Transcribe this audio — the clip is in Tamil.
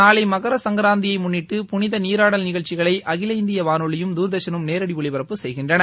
நாளை மகரசங்கராந்தியை முன்னிட்டு புனித நீராடல் நிகழ்ச்சிகளை அகில இந்திய வானொலியும் தூர்தர்ஷனும் நேரடி ஒலிபரப்பு செய்யும்